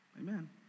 Amen